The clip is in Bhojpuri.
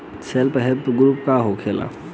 सेल्फ हेल्प ग्रुप का होखेला?